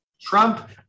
Trump